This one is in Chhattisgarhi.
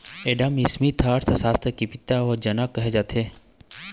एडम स्मिथ ल अर्थसास्त्र के पिता य जनक कहे जाथे